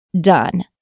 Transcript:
done